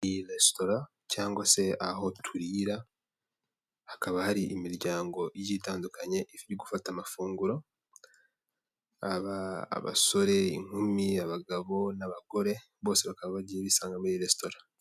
Iyi ni resitora cyangwa se aho turira, hakaba hari imiryango itandukanye iri gufata amafunguro, abasore inkumi abagabo n'abagore bose bakaba bagiye bisanga muri iyi resitora.